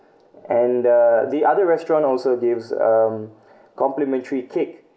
and uh the other restaurant also gives um complimentary cake